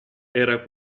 era